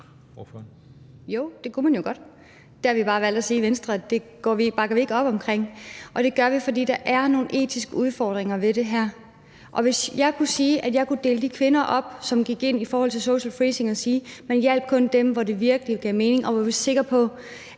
Jo, det kunne man godt. Der har vi bare valgt at sige i Venstre, at det bakker vi ikke op omkring, og det siger vi, fordi der er nogle etiske udfordringer i det her. Lad os sige, at man kunne dele de kvinder op, som gik ind i social freezing, så man kun hjalp dem, hvor det virkelig gav mening, og hvor vi var sikre på, at